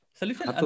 solution